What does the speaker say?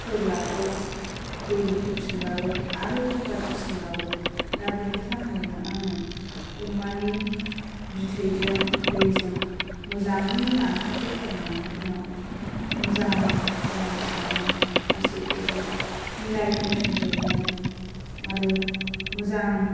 होब्लाथ' दै होफिनबाबो आरोबाव गाज्रिसिन गावो दा बिनि थाखायनो आङो अमानि बिथैजों दैजों मोजाङै रानथाब होथारनानै उनाव मोजां खालामफिननानै गासैखौबो मिलायहोफिनजोबनानै आरो मोजां